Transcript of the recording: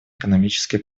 экономический